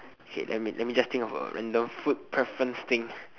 okay let me let me just think of a random food preference thing